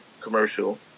commercial